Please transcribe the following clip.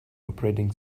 operating